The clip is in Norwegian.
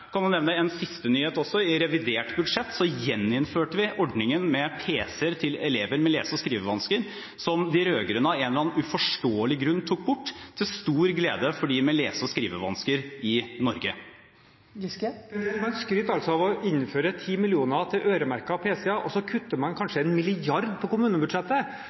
nevne en siste nyhet også: I revidert budsjett gjeninnførte vi ordningen med pc-er til elever med lese- og skrivevansker – som de rød-grønne av en eller annen uforståelig grunn tok bort – til stor glede for dem med lese- og skrivevansker i Norge. Man skryter altså av å ha innført 10 mill. kr øremerket til pc-er, og så kutter man kanskje 1 mrd. kr på kommunebudsjettet.